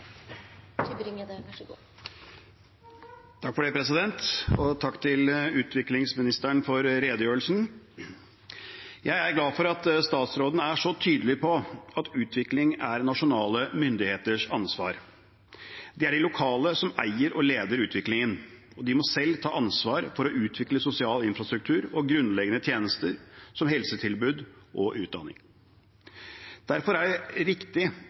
glad for at statsråden er så tydelig på at utvikling er nasjonale myndigheters ansvar. Det er de lokale som eier og leder utviklingen, og de må selv ta ansvar for å utvikle sosial infrastruktur og grunnleggende tjenester som helsetilbud og utdanning. Derfor er det riktig